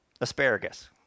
asparagus